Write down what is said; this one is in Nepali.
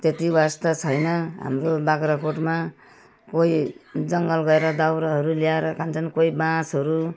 त्यति वास्ता छैन हाम्रो बाख्राकोटमा कोही जङ्गल गएर दाउराहरू ल्याएर खान्छन् कोही बाँसहरू